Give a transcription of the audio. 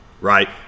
right